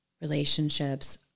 relationships